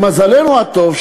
למזלנו הטוב,